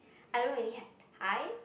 I don't really have the time